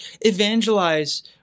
evangelize